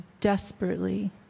desperately